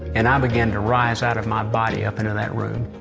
and i began to rise out of my body up into that room.